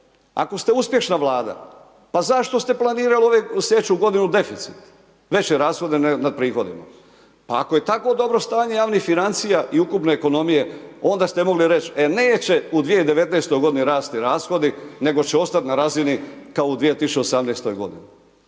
ako ste uspješna vlada, pa zašto ste planirali ove, u sljedeću g. deficit, veće rashode nad prihodima. Pa ako je tako dobro stanje javnih financija i ukupne ekonomije, onda ste mogli reći e neće u 2019. g. rasti rashodi, nego će ostati na razini kao u 2018. g.